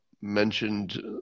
mentioned